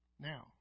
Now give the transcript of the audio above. now